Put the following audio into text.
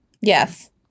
Yes